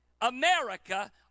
America